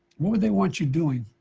what would they want you doing?